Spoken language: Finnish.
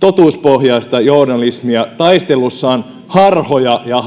totuuspohjaista journalismia taistelussa harhoja ja